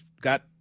got